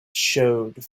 showed